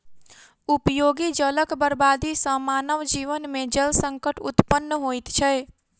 उपयोगी जलक बर्बादी सॅ मानव जीवन मे जल संकट उत्पन्न होइत छै